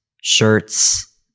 shirts